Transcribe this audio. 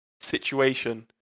situation